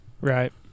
Right